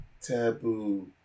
taboo